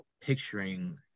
picturing